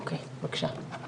אוקי, בבקשה.